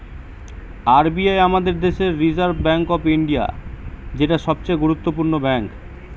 R B I আমাদের দেশের reserve bank of India, যেটা সবচে গুরুত্বপূর্ণ ব্যাঙ্ক